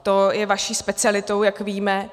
To je vaší specialitou, jak víme.